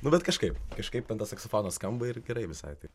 nu bet kažkaip kažkaip ten tas saksofonas skamba ir gerai visai taip